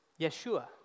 Yeshua